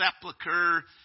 sepulcher